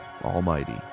Almighty